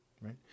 Right